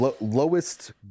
lowest